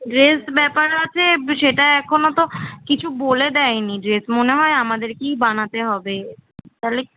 dress ব্যাপার আছে সেটা এখনও তো কিছু বলে দেয় নি ড্রেস মনে হয় আমাদেরকেই বানাতে হবে তাহলে